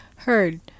Heard